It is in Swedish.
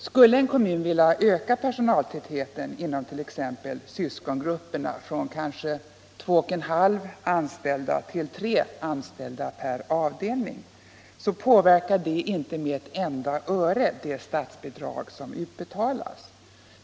Skulle en kommun vilja öka personaltätheten inom t.ex. svskongrupperna från kanske 2 1/2 anställda till 3 anställda per avdelning, påverkar detta inte Barnomsorgen Barnomsorgen med ett enda öre det statsbidrag som utbetalas.